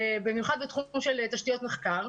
במיוחד בתחום כמו של תשתיות מחקר,